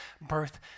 birth